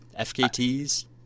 FKTs